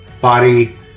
body